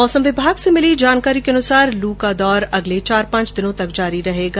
मौसम विभाग से मिली जानकारी के अनुसार लू का दौर अगले चार पांच दिनों तक जारी रहेगा